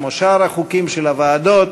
כמו שאר החוקים של הוועדות.